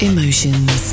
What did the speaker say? Emotions